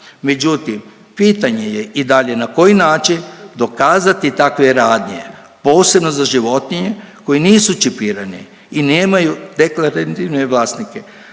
Međutim, pitanje je i dal je i na koji način dokazati takve radnje, posebno za životinje koji nisu čipirani i nemaju deklarativne vlasnike?